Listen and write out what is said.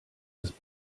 was